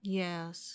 yes